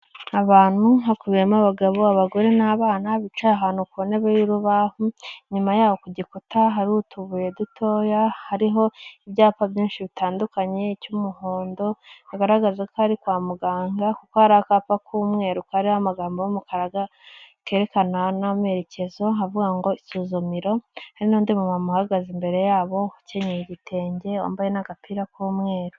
Abantu hakubiyemo abagabo abagore n'abana bicaye ahantu ku ntebe y'urubahu. Inyuma yaho ku gikuta hari utubuye dutoya. Hariho ibyapa byinshi bitandukanye icy'umuhondo, bigaragaza ko ari kwa muganga kuko hari akapa k'umweru kariho amagambo y'umukara kerekana n'amerekezo avuga ngo: "isuzumiro." Hari n'undi mu mama uhagaze imbere yabo ukenyeye igitenge wambaye n'agapira k'umweru.